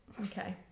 Okay